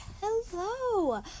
hello